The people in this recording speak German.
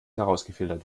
herausgefiltert